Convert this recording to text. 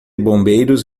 bombeiros